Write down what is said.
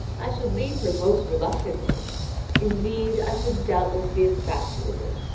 i should leave her most reluctantly indeed, i should doubtless be infatuated.